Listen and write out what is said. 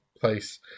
place